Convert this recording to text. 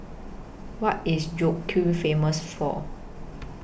What IS Famous For